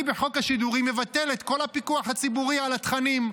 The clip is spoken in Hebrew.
אני בחוק השידורים מבטל את כל הפיקוח הציבורי על התכנים.